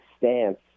stance